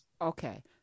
Okay